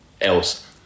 else